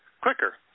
quicker